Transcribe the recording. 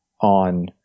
on